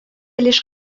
лишь